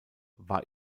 war